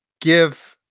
give